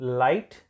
light